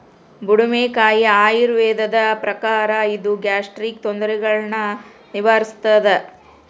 ಬುಡುಮೆಕಾಯಿ ಆಯುರ್ವೇದದ ಪ್ರಕಾರ ಇದು ಗ್ಯಾಸ್ಟ್ರಿಕ್ ತೊಂದರೆಗುಳ್ನ ನಿವಾರಿಸ್ಥಾದ